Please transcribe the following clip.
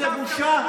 וזו בושה לכם,